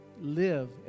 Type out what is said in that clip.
live